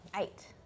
eight